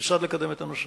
כיצד לקדם את הנושא.